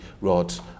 wrote